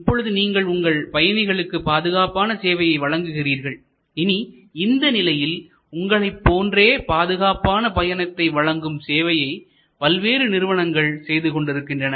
இப்பொழுது நீங்கள் உங்கள் பயணிகளுக்கு பாதுகாப்பான சேவையை வழங்குகிறார்கள் இனி இந்த நிலையில் உங்களைப் போன்றே பாதுகாப்பான பயணத்தை வழங்கும் சேவையை பல்வேறு நிறுவனங்கள் செய்து கொண்டிருக்கின்றன